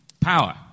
power